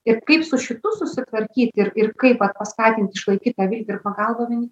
ir kaip su šitu susitvarkyti ir ir kaip paskatint išlaikyt tą viltį ir pagalbą vieni